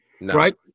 Right